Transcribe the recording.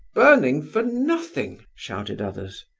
burning for nothing, shouted others.